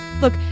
look